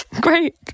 Great